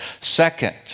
Second